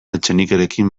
etxenikerekin